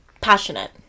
passionate